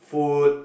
food